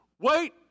wait